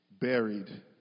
buried